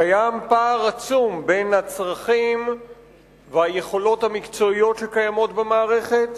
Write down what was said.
קיים פער עצום בין הצרכים והיכולות המקצועיות שקיימות במערכת,